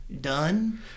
Done